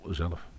zelf